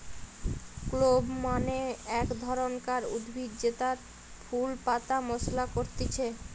clove মানে এক ধরণকার উদ্ভিদ জেতার ফুল পাতা মশলা করতিছে